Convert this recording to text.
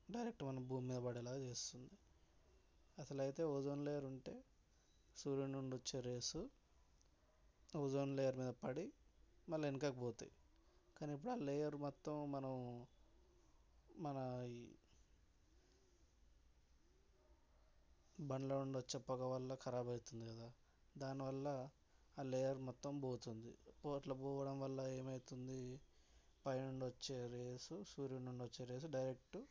direct మన భూమి మీద పడేలాగా చేస్తుంది అసలు అయితే ఓజోన్ లేయర్ ఉంటే సూర్యుడి నుండి వచ్చే రేస్ ఓజోన్ లేయర్ మీద పడి మళ్ళా వెనక్కి పోతాయి కానీ ఆ లేయర్ మొత్తం మనం మన ఈ బండ్ల నుంచి వచ్చే పొగ వల్ల ఖరాబ్ అవుతుంది కదా దానివల్ల ఆ లేయర్ మొత్తం పోతుంది పో అట్ల పోవడం వల్ల ఏమవుతుంది పైన నుండి వచ్చే రేస్ సూర్యుడి నుంచి వచ్చే రేస్ డైరెక్ట్